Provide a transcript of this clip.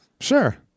Sure